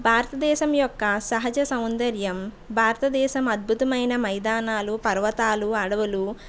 భారతదేశం యొక్క సహజ సౌందర్యం భారతదేశం అద్బుతమైన మైదానాలు పర్వతాలు అడవులు